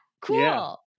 Cool